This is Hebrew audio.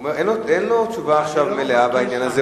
הוא אומר שאין לו עכשיו תשובה מלאה בעניין הזה,